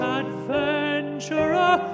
adventurer